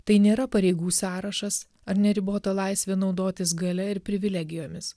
tai nėra pareigų sąrašas ar neribota laisvė naudotis galia ir privilegijomis